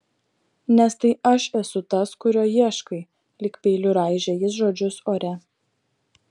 nes tai aš esu tas kurio ieškai lyg peiliu raižė jis žodžius ore